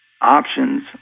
options